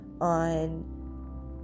on